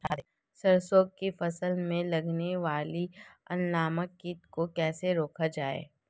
सरसों की फसल में लगने वाले अल नामक कीट को कैसे रोका जाए?